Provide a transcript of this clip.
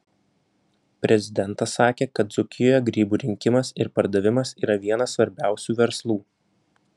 prezidentas sakė kad dzūkijoje grybų rinkimas ir pardavimas yra vienas svarbiausių verslų